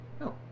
No